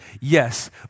Yes